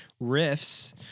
riffs